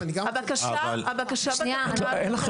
הבקשה בתקנות --- אין לך,